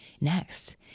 next